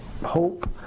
Hope